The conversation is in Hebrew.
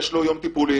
יש לו יום טיפולים.